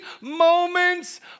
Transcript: moments